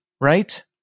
right